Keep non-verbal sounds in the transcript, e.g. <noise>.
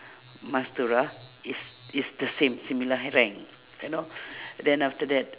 mastura is is the same similar rank you know <breath> then after that